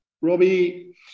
Robbie